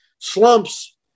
Slumps